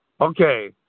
Okay